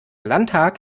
landtag